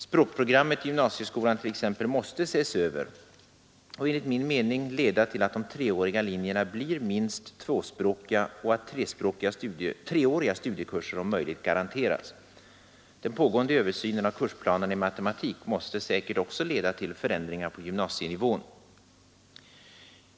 Språkprogrammet i gymnasieskolan t.ex. måste ses över och enligt min mening leda till att de treåriga linjerna blir minst tvåspråkiga och att treåriga studiekurser om möjligt garanteras. Den pågående översynen av kursplanerna i matematik måste säkert också leda till förändringar på gymnasienivån.